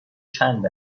چند